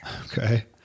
Okay